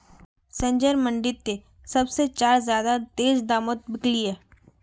संजयर मंडी त सब से चार ज्यादा तेज़ दामोंत बिकल्ये